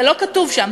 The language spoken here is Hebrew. זה לא כתוב שם,